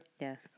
Yes